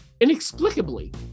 inexplicably